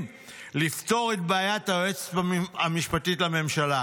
לפתור את בעיית היועצת המשפטית לממשלה,